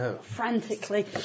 frantically